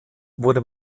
wurde